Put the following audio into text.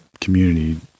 community